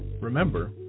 Remember